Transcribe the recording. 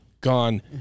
gone